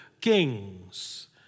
kings